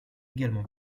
également